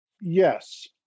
Yes